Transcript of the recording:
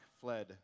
fled